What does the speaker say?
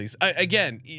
again